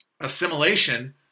assimilation